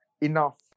enough